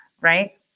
right